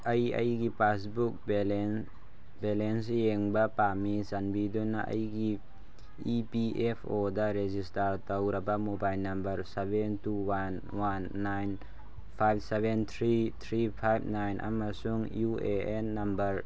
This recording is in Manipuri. ꯑꯩ ꯑꯩꯒꯤ ꯄꯥꯁꯕꯨꯛ ꯕꯦꯂꯦꯟꯁ ꯌꯦꯡꯕ ꯄꯥꯝꯃꯤ ꯆꯥꯟꯕꯤꯗꯨꯅ ꯑꯩꯒꯤ E P F O register ꯇꯧꯔꯕ mobile number seven two one one nine five seven three three five nine ꯑꯃꯁꯨꯡ ꯌꯨ ꯑꯦ ꯑꯦꯟ ꯅꯝꯕꯔ